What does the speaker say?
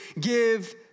give